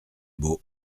beau